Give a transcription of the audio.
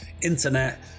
internet